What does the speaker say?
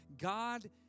God